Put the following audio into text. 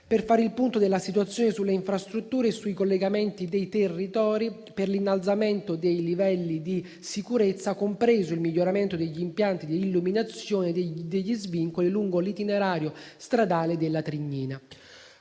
per fare il punto della situazione sulle infrastrutture e sui collegamenti dei territori, per l'innalzamento dei livelli di sicurezza, compreso il miglioramento degli impianti di illuminazione degli svincoli lungo l'itinerario stradale della Trignina.